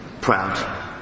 proud